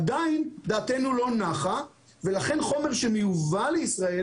עדיין דעתנו לא נחה ולכן חומר שמיובא לישראל